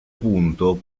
punto